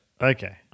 okay